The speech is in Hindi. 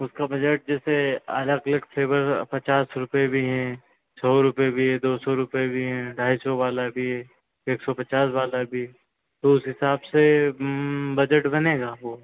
उसका बजट जैसे अलग अलग फ़्लेवर पचास रुपये भी है सौ रुपये भी है दो सौ रुपये भी हैं ढाई सौ वाला भी है एक सौ पचास वाला भी तो उस हिसाब से बजट बनेगा वह